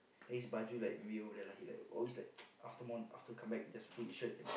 then his baju like maybe over there like he like always like after morn~ after come back always put his shirt